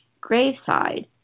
graveside